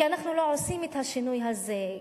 כי אנחנו לא עושים את השינוי הזה,